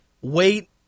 wait